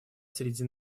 среди